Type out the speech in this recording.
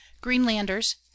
Greenlanders